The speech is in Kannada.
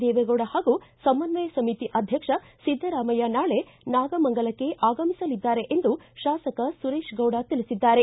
ದೇವೇಗೌಡ ಹಾಗೂ ಸಮನ್ವಯ ಸಮಿತಿ ಅಧ್ಯಕ್ಷ ಸಿದ್ದರಾಮಯ್ಯ ನಾಳೆ ನಾಗಮಂಗಲಕ್ಕೆ ಆಗಮಿಸಲಿದ್ದಾರೆ ಎಂದು ಶಾಸಕ ಸುರೇಶ್ಗೌಡ ತಿಳಿಸಿದ್ದಾರೆ